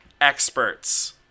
experts